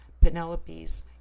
Penelope's